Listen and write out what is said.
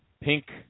Pink